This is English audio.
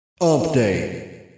update